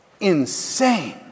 insane